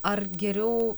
ar geriau